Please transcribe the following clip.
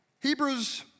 Hebrews